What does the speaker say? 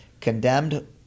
condemned